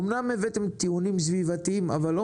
אמנם הבאתם טיעונים סביבתיים אבל לא